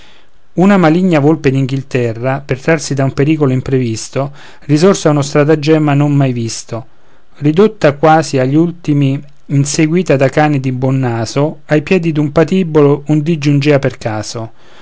una maligna volpe d'inghilterra per trarsi da un pericolo imprevisto ricorse a un stratagemma non mai visto ridotta quasi agli ultimi inseguita da cani di buon naso ai piedi di un patibolo un dì giungea per caso